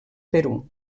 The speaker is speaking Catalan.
perú